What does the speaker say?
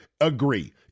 agree